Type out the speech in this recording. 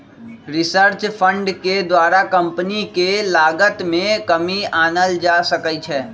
research fund के द्वारा company के लागत में कमी आनल जा सकइ छै